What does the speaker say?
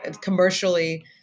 commercially